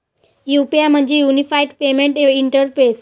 UPI म्हणजे unified payment interface